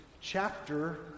chapter